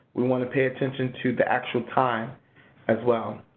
we want to pay attention to the actual time as well.